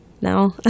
now